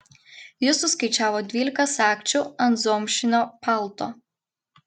jis suskaičiavo dvylika sagčių ant zomšinio palto